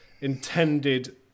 intended